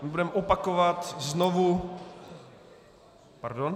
Budeme opakovat znovu pardon.